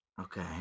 Okay